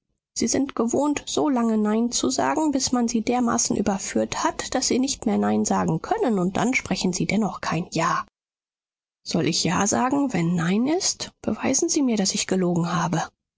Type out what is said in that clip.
sie sind gewohnt so lange nein zu sagen bis man sie dermaßen überführt hat daß sie nicht mehr nein sagen können und dann sprechen sie dennoch kein ja soll ich ja sagen wenn nein ist beweisen sie mir daß ich gelogen habe